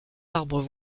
arbres